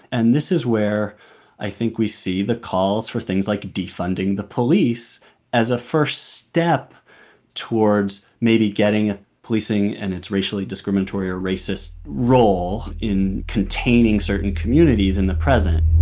and this is where i think we see the calls for things like defunding the police as a first step towards maybe getting policing and its racially discriminatory or racist role in containing certain communities in the present.